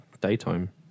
daytime